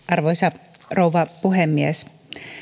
arvoisa rouva puhemies